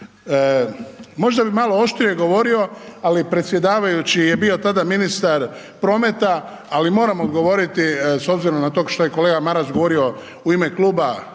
Možda bi malo oštrije govorio, ali predsjedavajući je tada bio ministar prometa, ali moram odgovoriti s obzirom na to što je kolega Maras govorio u ime Kluba